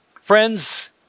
Friends